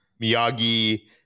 Miyagi